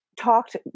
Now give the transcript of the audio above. talked